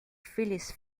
phyllis